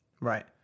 Right